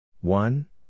One